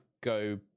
go